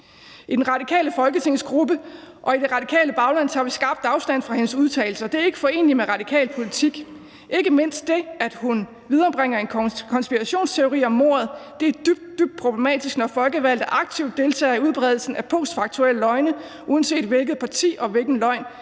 Venstres folketingsgruppe og i det radikale bagland tager vi skarpt afstand fra hendes udtalelser, der ikke er forenelige med radikal politik. Det gælder ikke mindst det, at hun viderebringer en konspirationsteori om mordet. Det er dybt, dybt problematisk, når folkevalgte aktivt deltager i udbredelsen af postfaktuelle løgne, uanset hvilket parti og hvilken løgn